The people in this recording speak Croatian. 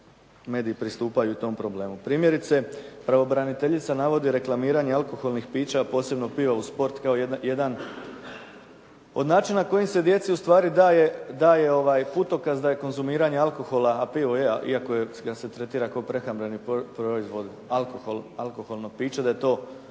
mediji pristupaju tom problemu. Primjerice pravobraniteljica navodi reklamiranje alkoholnih pića, posebno piva uz sport kao jedan od načina kojim se djeci ustvari daje putokaz da je konzumiranje alkohola, a pivo je iako ga se tretira kao prehrambeni proizvod alkohol, alkoholno piće da je to poželjno,